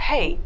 Hey